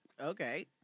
Okay